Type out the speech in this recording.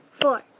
four